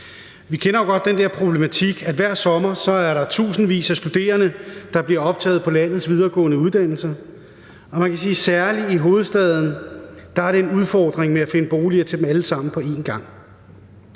Vi kender jo godt den problematik, at der hver sommer er tusindvis af studerende, der bliver optaget på landets videregående uddannelser, og man kan sige, at det særlig i hovedstaden er en udfordring at finde boliger til dem alle sammen på en gang.